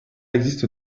existe